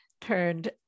turned